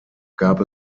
gab